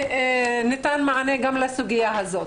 וניתן למענה גם לסוגיה הזאת.